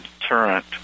deterrent